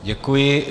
Děkuji.